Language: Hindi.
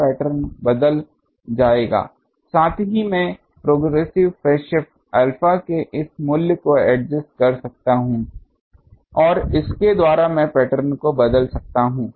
तो पैटर्न बदल जाएगा साथ ही मैं प्रोग्रेसिव फेज शिफ्ट अल्फा के इस मूल्य को एडजस्ट कर सकता हूं और इसके द्वारा मैं पैटर्न को बदल सकता हूं